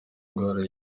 ndwara